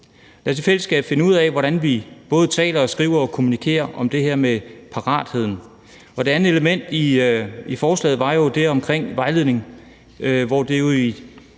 Lad os i fællesskab finde ud af, hvordan vi taler, skriver og kommunikerer om det her med paratheden. Det andet element i forslaget er omkring vejledning. Det er jo i